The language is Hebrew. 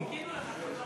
חיכינו לך, כבודו.